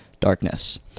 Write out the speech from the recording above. darkness